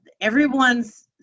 everyone's